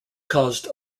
caused